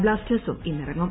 ബ്ളാസ്റ്റേഴ്സും ഇന്നിറങ്ങും